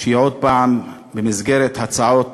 שהיא עוד הפעם, במסגרת ההצעות